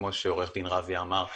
כמו שעורך דין רביה אמר,